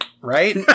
right